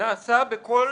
נעשה בכל